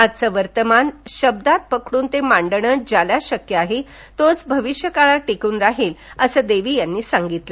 आजचं वर्तमान पकड्रन ते शब्दांत पकडून ते मांडण ज्याला शक्य आहे तोच भविष्य काळात टिकून राहिल असं देवी यावेळी म्हणाले